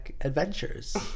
Adventures